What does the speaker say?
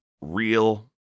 real